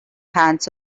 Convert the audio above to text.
hands